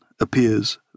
appears